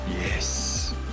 Yes